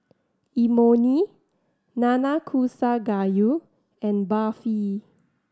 Imoni Nanakusa Gayu and Barfi